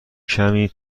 کمی